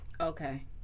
Okay